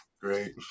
great